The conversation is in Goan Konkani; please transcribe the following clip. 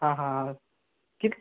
हां हां हां